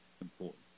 important